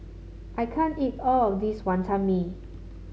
I can't eat all of this Wantan Mee